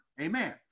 amen